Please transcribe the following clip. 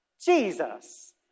Jesus